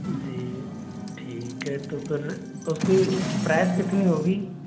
जी ठीक है तो फिर उसकी प्राइस कितनी होगी